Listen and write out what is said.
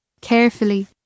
carefully